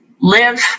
live